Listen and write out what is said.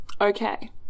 okay